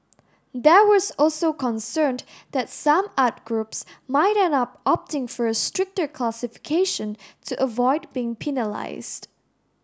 there was also concerned that some art groups might end up opting for a stricter classification to avoid being penalised